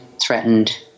threatened